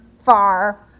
far